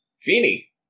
Feeny